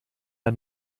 der